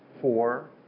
four